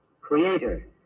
creator